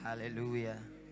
Hallelujah